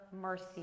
mercy